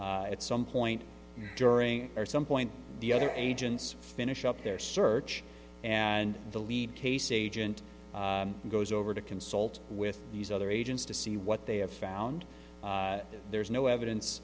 there at some point during or some point the other agents finish up their search and the lead case agent goes over to consult with these other agents to see what they have found there is no evidence